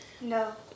No